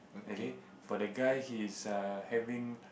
okay for the guy he is err having